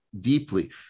deeply